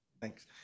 Thanks